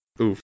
Oof